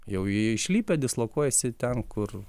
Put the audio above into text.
jau jie išlipę dislokuojasi ten kur